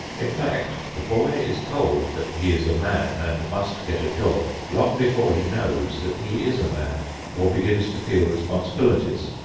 in fact, the boy is told that he is a man and must get a job long before he knows that he is a man or begins to feel responsibilities,